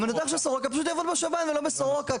המנתח של סורוקה יעבוד בשב"ן ולא בסורוקה,